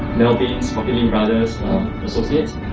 melvin propertylimbrother's associates.